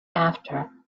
after